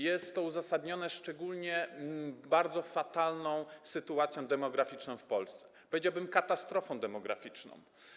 Jest to uzasadnione szczególnie fatalną sytuacją demograficzną w Polsce, powiedziałbym, katastrofą demograficzną.